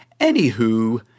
Anywho